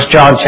John